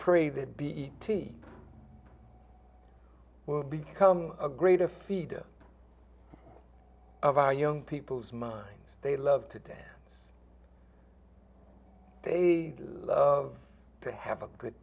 pray that b e t will become a great a feeder of our young people's minds they love to dance they love to have a good